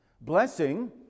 Blessing